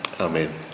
Amen